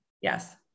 Yes